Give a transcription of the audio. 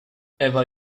ewa